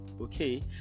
okay